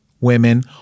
women